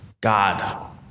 God